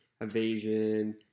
evasion